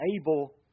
able